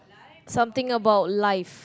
something about life